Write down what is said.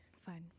fun